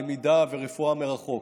למידה ורפואה מרחוק,